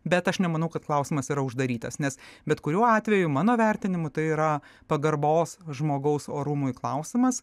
bet aš nemanau kad klausimas yra uždarytas nes bet kuriuo atveju mano vertinimu tai yra pagarbos žmogaus orumui klausimas